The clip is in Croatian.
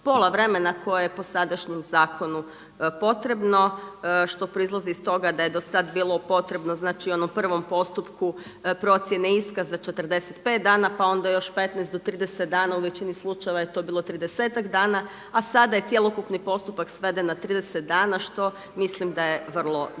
pola vremena koje je po sadašnjem zakonu potrebno. Što proizlazi iz toga da je do sada bilo potrebno, znači u onom prvom postupku procjene iskaza 45 dana pa onda još 15 do 30 dana, u većini slučajeva je to bilo 30-ak dana a sada je cjelokupni postupak sveden na 30 dana što mislim da je vrlo dobro.